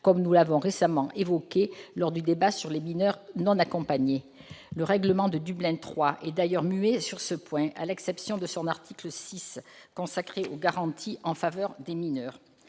comme nous l'avons récemment souligné dans le débat sur les mineurs non accompagnés. Le règlement Dublin III est d'ailleurs muet sur ce point, à l'exception de son article 6, consacré aux garanties en faveur des mineurs.